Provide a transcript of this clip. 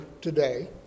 today